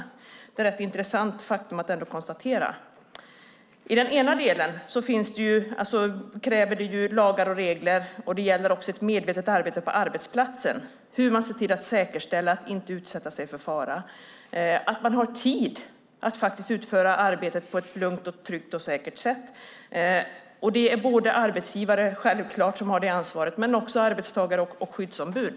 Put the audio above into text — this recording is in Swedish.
Det är ett rätt intressant faktum att konstatera. Det krävs lagar och regler, och det måste också ske ett medvetet arbete på arbetsplatsen när det gäller hur man säkerställer att man inte utsätter sig för fara. Man måste ha tid att utföra arbetet på ett lugnt, tryggt och säkert sätt. Det ansvaret har självfallet arbetsgivaren, men det gäller också arbetstagare och skyddsombud.